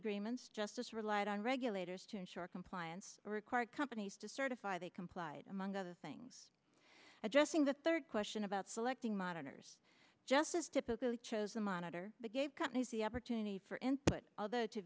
agreements justice relied on regulators to ensure compliance or require companies to certify they complied among other things addressing the third question about selecting monitors just as difficult chose the monitor they gave companies the opportunity for input although to